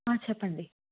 చెప్పండి